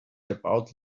about